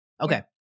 Okay